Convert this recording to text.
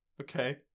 Okay